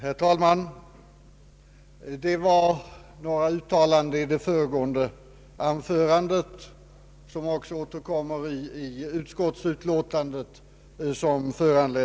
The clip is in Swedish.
Herr talman! Vad som föranledde mig att begära ordet var några uttalanden i det föregående anförandet, vilka också återfinns i utskottsutlåtandet.